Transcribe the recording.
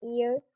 ear